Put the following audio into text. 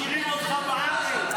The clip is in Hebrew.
משאירים אותך בארץ.